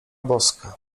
boska